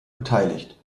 beteiligt